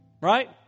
right